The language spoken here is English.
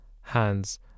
hands